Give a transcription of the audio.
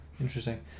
interesting